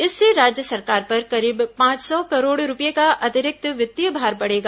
इससे राज्य सरकार पर करीब पांच सौ करोड़ रूपये का अतिरिक्त वित्तीय भार पड़ेगा